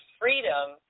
freedom